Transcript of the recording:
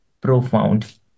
profound